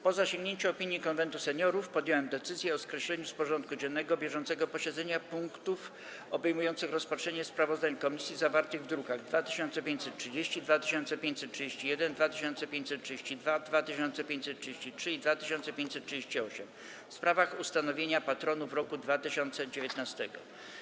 Po zasięgnięciu opinii Konwentu Seniorów podjąłem decyzję o skreśleniu z porządku dziennego bieżącego posiedzenia punktów obejmujących rozpatrzenie sprawozdań komisji zawartych w drukach nr 2530, 2531, 2532, 2533 i 2538 w sprawach ustanowienia patronów roku 2019.